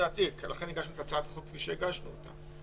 לכן הגשנו את הצעת החוק כפי שהגשנו אותה.